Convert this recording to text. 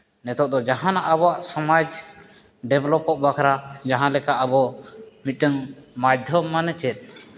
ᱱᱤᱛᱚᱜ ᱫᱚ ᱡᱟᱦᱟᱱᱟᱜ ᱟᱵᱚᱣᱟᱜ ᱥᱚᱢᱟᱡᱽ ᱰᱮᱵᱷᱮᱞᱚᱯᱚᱜ ᱵᱟᱠᱷᱨᱟ ᱡᱟᱦᱟᱸ ᱞᱮᱠᱟ ᱟᱵᱚ ᱢᱤᱫᱴᱟᱹᱱ ᱢᱟᱫᱷᱚᱢ ᱢᱟᱱᱮ ᱪᱮᱫ